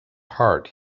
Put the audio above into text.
heart